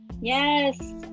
Yes